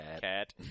Cat